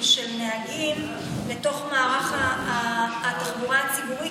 ושל נהגים לתוך מערך התחבורה הציבורית,